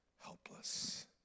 helpless